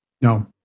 No